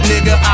Nigga